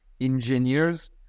engineers